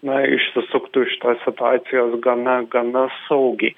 na išsisuktų iš tos situacijos gana gana saugiai